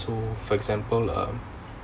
so for example um